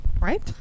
Right